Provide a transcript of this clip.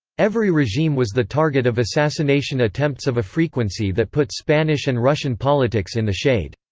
every regime was the target of assassination attempts of a frequency that put spanish and russian politics in the shade.